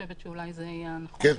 זה אולי יהיה נכון יותר.